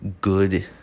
good